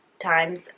times